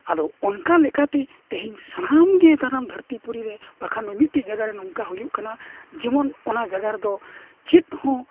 ᱟᱫᱚ ᱚᱱᱠᱟ ᱞᱮᱠᱟᱛᱮ ᱛᱮᱦᱮᱧ ᱥᱟᱱᱟᱢ ᱜᱮ ᱥᱟᱱᱟᱢ ᱫᱷᱟᱹᱨᱛᱤ ᱯᱩᱨᱤᱨᱮ ᱵᱟᱠᱷᱟᱱ ᱢᱤᱼᱢᱤᱫᱴᱤᱡ ᱡᱟᱭᱜᱟ ᱨᱮ ᱱᱚᱝᱠᱟ ᱦᱩᱭᱩᱜ ᱠᱟᱱᱟ ᱡᱮᱢᱚᱱ ᱚᱱᱟ ᱡᱟᱭᱜᱟ ᱨᱮᱫᱚ ᱪᱮᱫ ᱦᱚᱸ